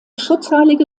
schutzheilige